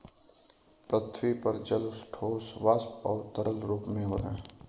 पृथ्वी पर जल ठोस, वाष्प और तरल रूप में है